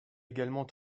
également